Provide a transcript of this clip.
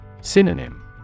Synonym